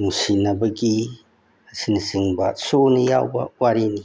ꯅꯨꯡꯁꯤꯅꯕꯒꯤ ꯑꯁꯤꯅꯆꯤꯡꯕ ꯁꯨꯅ ꯌꯥꯎꯕ ꯋꯥꯔꯤꯅꯤ